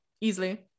easily